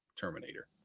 terminator